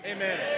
Amen